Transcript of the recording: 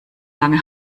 lange